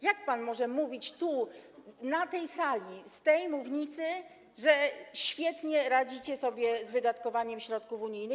Jak pan może mówić na tej sali, z tej mównicy, że świetnie radzicie sobie z wydatkowaniem środków unijnych?